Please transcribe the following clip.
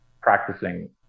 practicing